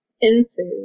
ensued